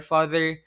Father